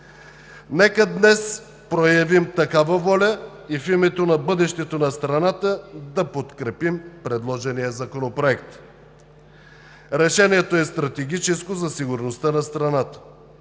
Нека днес проявим такава воля и в името на бъдещето на страната да подкрепим предложения Законопроект. Решението е стратегическо за сигурността на страната,